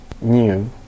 new